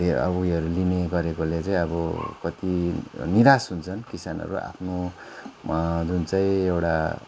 ले उयोहरू लिने गरेकोले चाहिँ अब कति निराश हुन्छन किसानहरू आफ्नो जुन चाहिँ एउटा